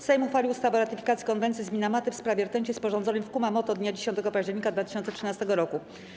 Sejm uchwalił ustawę o ratyfikacji Konwencji z Minamaty w sprawie rtęci, sporządzonej w Kumamoto dnia 10 października 2013 roku.